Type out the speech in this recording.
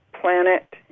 planet